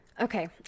Okay